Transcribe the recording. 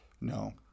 No